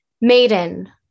Maiden